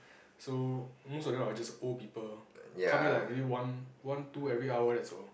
so most of them are just old people come in like maybe one one two every hour that's all